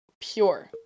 pure